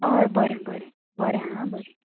हय बरें बरें बरें आं बरें